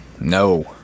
No